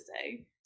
say